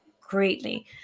greatly